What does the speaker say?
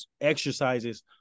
exercises